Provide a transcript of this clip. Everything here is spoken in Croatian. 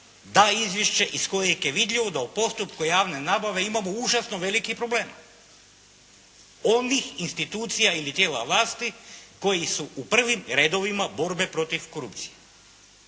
da izvješće iz kojeg je vidljivo da u postupku javne nabave imamo užasno velikih problema, onih institucija ili tijela vlasti koji su u prvim redovima borbe protiv korupcije.